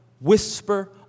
whisper